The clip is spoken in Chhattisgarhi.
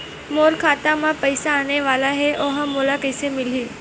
मोर खाता म पईसा आने वाला हे ओहा मोला कइसे मिलही?